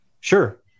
Sure